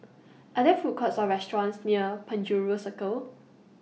Are There Food Courts Or restaurants near Penjuru Circle